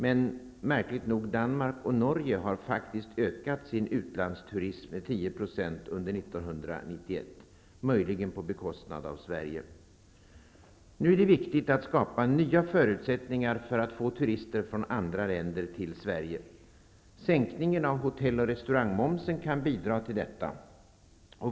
Men märkligt nog har Danmark och Norge faktiskt ökat sin utlandsturism med 10 % under 1991, möjligen på bekostnad av Nu är det viktigt att skapa nya förutsättningar för att få turister från andra länder till Sverige. Sänkningen av hotell och restaurangmomsen kan bidra till detta.